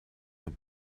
your